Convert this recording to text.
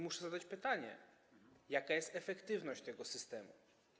Muszę zatem zadać pytanie: Jaka jest efektywność tego systemu?